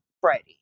Freddy